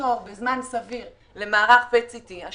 תור בזמן סביר לבדיקת PET-CT אז